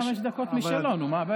הוא נותן לי חמש דקות משלו, נו, מה הבעיה?